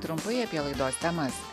trumpai apie laidos temas